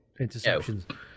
interceptions